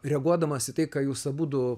reaguodamas į tai ką jūs abudu